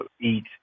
eat